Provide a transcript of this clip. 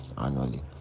annually